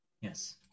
Yes